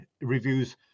reviews